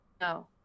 No